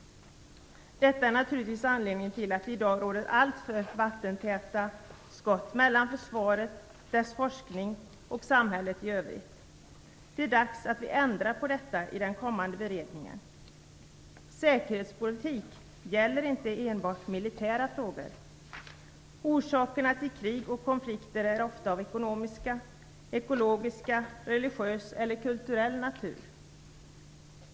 Detta är naturligtvis anledningen till att det i dag råder alltför vattentäta skott mellan försvaret, dess forskning och samhället i övrigt. Det är dags att vi ändrar på detta i den kommande beredningen. Säkerhetspolitik gäller inte enbart militära frågor. Orsakerna till krig och konflikter är ofta av ekonomisk, ekologisk, religiös eller kulturell natur.